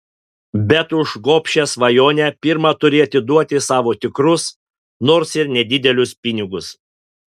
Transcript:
bet už gobšią svajonę pirma turi atiduoti savo tikrus nors ir nedidelius pinigus